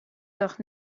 doch